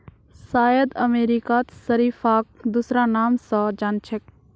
शायद अमेरिकात शरीफाक दूसरा नाम स जान छेक